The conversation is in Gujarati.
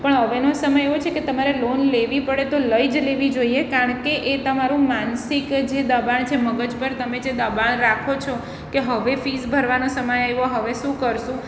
પણ હવેનો સમય એવો છે કે તમારે લોન લેવી પડે તો લઈ જ લેવી જોઈએ કારણ કે એ તમારું માનસિક જે દબાણ છે મગજ પર તમે જે દબાણ રાખો છો કે હવે ફિસ ભરવાનો સમય આવ્યો હવે શું કરીશું